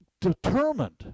determined